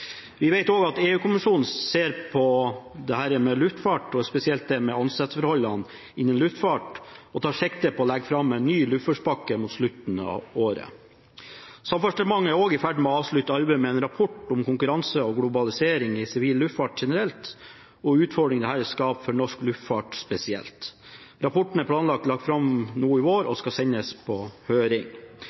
Vi vet også at EU-kommisjonen ser på luftfarten, spesielt ansettelsesforholdene innen luftfart, og tar sikte på å legge fram en ny luftfartspakke mot slutten av året. Samferdselsdepartementet er også i ferd med å avslutte arbeidet med en rapport om konkurranse og globalisering i sivil luftfart generelt og utfordringene dette skaper for norsk luftfart spesielt. Rapporten er planlagt lagt fram nå i vår og skal sendes på høring.